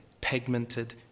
pigmented